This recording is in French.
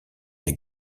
des